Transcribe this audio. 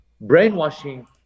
brainwashing